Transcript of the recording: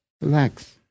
Relax